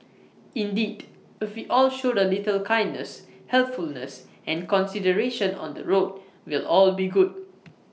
indeed if we all showed A little kindness helpfulness and consideration on the road we'll all be good